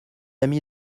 amie